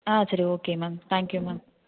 ஆ சரி okay ma'am thank you ma'am